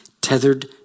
tethered